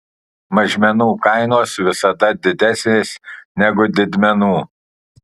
mažmenų kainos visada didesnės negu didmenų